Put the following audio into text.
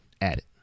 added